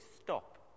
stop